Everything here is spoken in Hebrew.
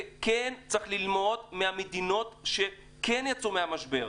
וכן צריך ללמוד מהמדינות שכן יצאו מהמשבר.